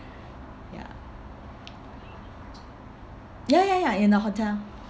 ya ya ya ya in a hotel